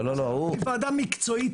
היא ועדה מקצועית.